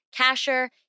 Kasher